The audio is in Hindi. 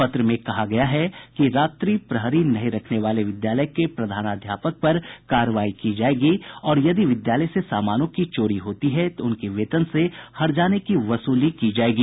पत्र में कहा गया है कि रात्रि प्रहरी नही रखने वाले विद्यालय के प्रधानाध्यापक पर कार्रवाई की जायेगी और यदि विद्यालय से सामानों की चोरी होती है तो उनके वेतन से हर्जाने की वसूली की जायेगी